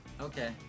Okay